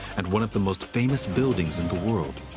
and one of the most famous buildings in the world.